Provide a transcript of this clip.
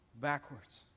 backwards